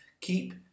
Keep